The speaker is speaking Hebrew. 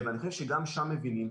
ואני חושב שגם שם מבינים.